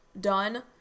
done